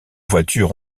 voitures